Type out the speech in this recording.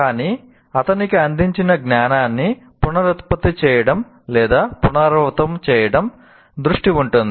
కానీ అతనికి అందించిన జ్ఞానాన్ని పునరుత్పత్తి చేయడం లేదా పునరావృతం చేయడం పై దృష్టి ఉంటుంది